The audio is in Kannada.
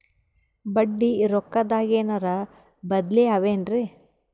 ಬಡ್ಡಿ ರೊಕ್ಕದಾಗೇನರ ಬದ್ಲೀ ಅವೇನ್ರಿ?